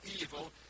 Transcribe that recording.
evil